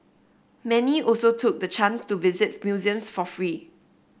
many also took the chance to visit museums for free